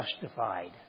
justified